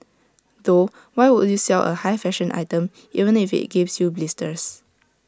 though why would you sell A high fashion item even if IT gives you blisters